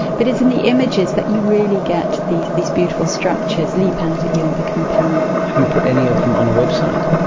but it's in the images that you really get these these beautiful structures leap out at you and become apparent. have you put any of them on a website?